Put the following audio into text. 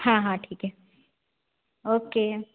हाँ ठीक है ओके